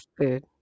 Food